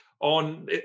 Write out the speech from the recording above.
on